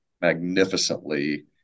magnificently